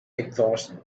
exhaustion